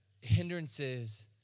Hindrances